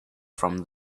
from